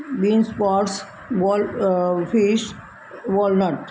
bean sports ball fish walnut